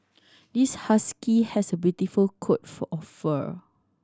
this husky has a beautiful coat for of fur